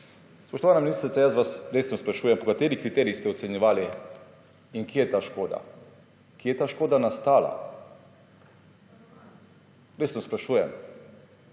Spoštovana ministrica, jaz vas resno sprašujem, po katerih kriterijih ste ocenjevali škodo in kje je ta škoda nastala? Resno sprašujem.